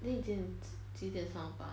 then 你你几点上班